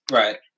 right